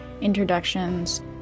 introductions